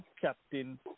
captain